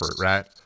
right